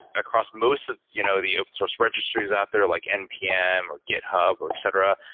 across most of you know the open source registries out there, like npm, or github, or etc,